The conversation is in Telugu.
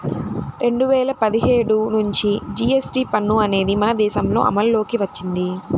రెండు వేల పదిహేడు నుంచి జీఎస్టీ పన్ను అనేది మన దేశంలో అమల్లోకి వచ్చింది